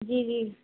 جی جی